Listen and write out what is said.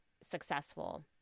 successful